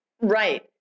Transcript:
Right